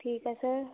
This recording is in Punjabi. ਠੀਕ ਹੈ ਸਰ